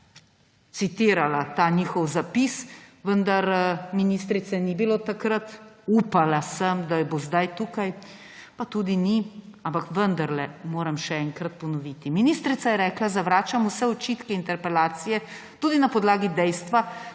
citirala ta njihov zapis, vendar ministrice takrat ni bilo. Upala sem, da bo zdaj tukaj, pa tudi ni. Ampak vendarle moram še enkrat ponoviti. Ministrica je rekla: »Zavračam vse očitke interpelacije tudi na podlagi dejstva,